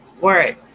Word